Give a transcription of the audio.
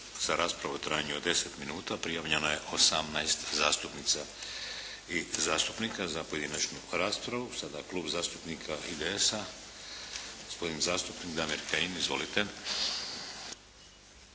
za raspravu u trajanju od 10 minuta. Prijavljeno je 18 zastupnica i zastupnika za pojedinačnu raspravu. Sada Klub zastupnika IDS-a. Gospodin zastupnik Damir Kajin, izvolite.